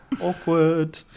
Awkward